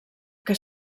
que